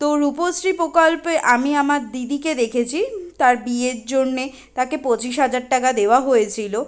তো রূপশ্রী প্রকল্পে আমি আমার দিদিকে দেখেছি তার বিয়ের জন্যে তাকে পঁচিশ হাজার টাকা দেওয়া হয়েছিলো